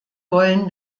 wollen